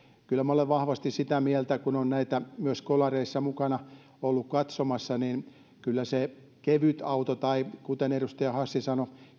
kyllä minä olen vahvasti sitä mieltä kun on näitä myös kolareissa mukana ollut katsomassa että kevytauto tai hidastettu auto kuten edustaja hassi sanoi